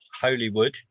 Hollywood